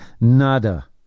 Nada